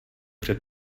před